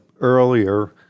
earlier